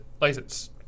license